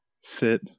Sit